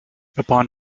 upon